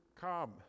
Come